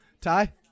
Ty